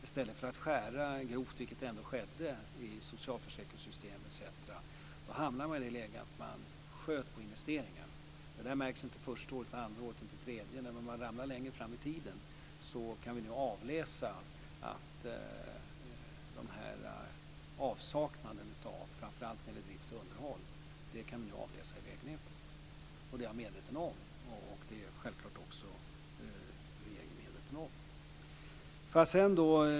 I stället för att skära grovt i socialförsäkringssystem etc., vilket ändå skedde, hamnade man i det läget att man sköt på investeringarna. Det märks inte första, andra och tredje året. Men när man ramlar längre fram i tiden kan man avläsa avsaknaden av framför allt drift och underhåll i vägnätet. Det är jag medveten om, och det är självklart också regeringen medveten om.